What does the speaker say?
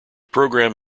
program